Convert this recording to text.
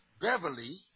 Beverly